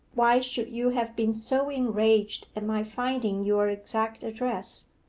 why should you have been so enraged at my finding your exact address?